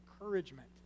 encouragement